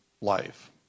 life